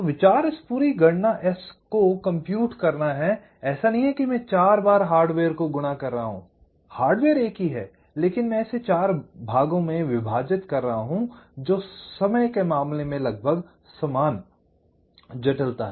तो विचार इस पूरी गणना S को कंप्यूट करना है ऐसा नहीं है कि मैं चार बार हार्डवेयर गुणा कर रहा हूं एक ही हार्डवेयर है लेकिन मैं इसे चार भागों में विभाजित कर रहा हूं जो समय के मामले में लगभग समान जटिलता हैं